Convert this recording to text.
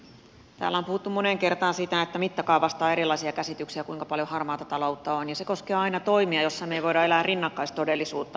täällä on puhuttu moneen kertaan siitä että mittakaavasta on erilaisia käsityksiä kuinka paljon harmaata taloutta on ja se koskee aina toimia joissa me emme voi elää rinnakkaistodellisuutta